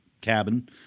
cabin